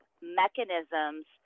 mechanisms